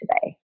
today